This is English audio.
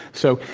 so,